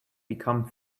become